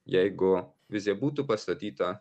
jeigu vizija būtų pastatyta